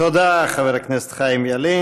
תודה חבר הכנסת חיים ילין.